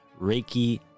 Reiki